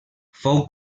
fou